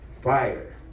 fire